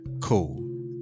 cool